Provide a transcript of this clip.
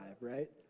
right